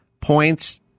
points